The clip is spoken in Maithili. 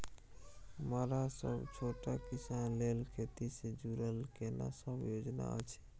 मरा सब छोट किसान लेल खेती से जुरल केना सब योजना अछि?